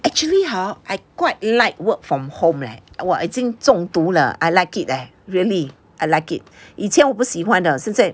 actually hor I quite like work from home leh 我已经中毒了 I like it leh really I like it 以前我不喜欢的现在